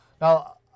Now